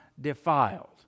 defiled